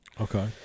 Okay